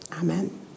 Amen